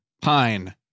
Pine